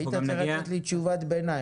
היית צריך לתת לי תשובת ביניים,